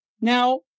Now